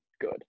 good